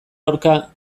aurka